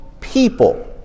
People